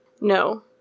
No